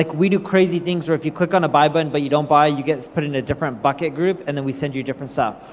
like we do crazy things, where if you click on a buy button, but you don't buy, you get put in a different bucket group, and then we send you different stuff,